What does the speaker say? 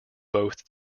both